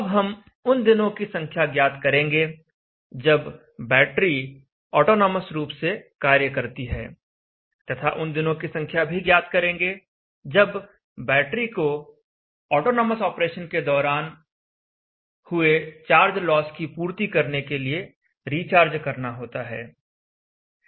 अब हम उन दिनों की संख्या ज्ञात करेंगे जब बैटरी ऑटोनॉमस रूप से कार्य करती है तथा उन दिनों की संख्या भी ज्ञात करेंगे जब बैटरी को ऑटोनॉमस ऑपरेशन के दौरान हुए चार्ज लॉस की पूर्ति करने के लिए रिचार्ज करना होता है